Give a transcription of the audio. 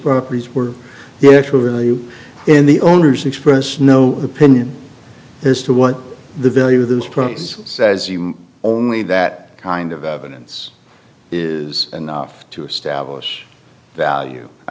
properties were the actual value and the owners express no opinion as to what the value of this price says only that kind of evidence is enough to establish value i